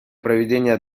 проведения